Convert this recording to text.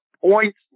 points